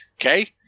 Okay